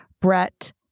Brett